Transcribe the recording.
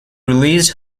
released